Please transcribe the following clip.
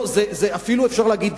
אפילו אפשר להגיד,